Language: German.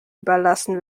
überlassen